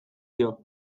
dio